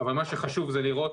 אבל מה שחשוב זה לראות